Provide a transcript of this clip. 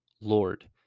Lord